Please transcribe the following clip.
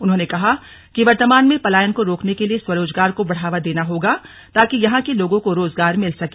उन्होंने कहा कि वर्तमान में पलायन को रोकने के लिए स्वरोजगार को बढ़ावा देना होगा ताकि यहां के लोगों को रोजगार मिल सके